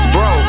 Bro